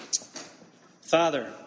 Father